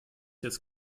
jetzt